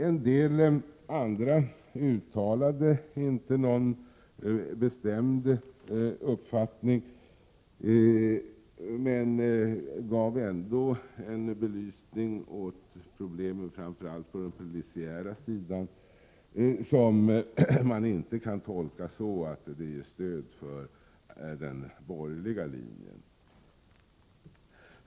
En del andra uttalade inte någon bestämd uppfattning, men gav ändå en belysning av problemen, framför allt på den polisiära sidan. Det kan man emellertid inte tolka så att det skulle vara ett stöd för den borgerliga linjen.